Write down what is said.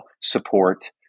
support